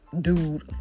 dude